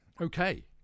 okay